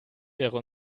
wäre